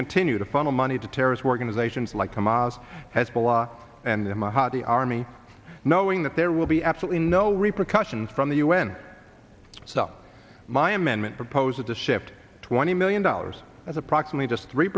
continue to funnel money to terrorist organizations like hamas hezbollah and the mojave army knowing that there will be absolutely no repercussions from the un so my amendment proposes to shift twenty million dollars as approximately just three